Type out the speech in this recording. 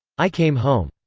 i came home.